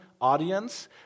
audience